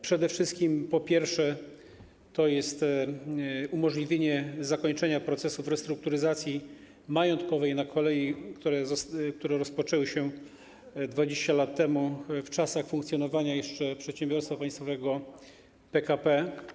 Przede wszystkim, po pierwsze, to jest umożliwienie zakończenia procesów restrukturyzacji majątkowej na kolei, które rozpoczęły się 20 lat temu, jeszcze w czasach funkcjonowania przedsiębiorstwa państwowego PKP.